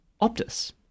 Optus